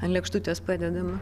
ant lėkštutės padedama